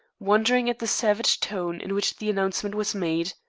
wondering at the savage tone in which the announcement was made.